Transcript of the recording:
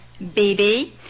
BB